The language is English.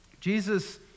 Jesus